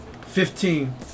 Fifteen